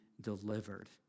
delivered